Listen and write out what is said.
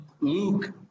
Luke